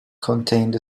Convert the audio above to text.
contained